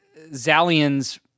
Zalian's